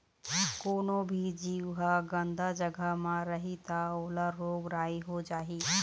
कोनो भी जीव ह गंदा जघा म रही त ओला रोग राई हो जाही